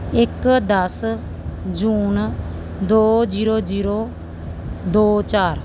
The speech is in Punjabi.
ਇੱਕ ਦਸ ਜੂਨ ਦੋ ਜੀਰੋ ਜੀਰੋ ਦੋ ਚਾਰ